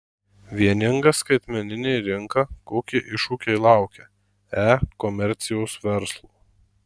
vieninga skaitmeninė rinka kokie iššūkiai laukia e komercijos verslo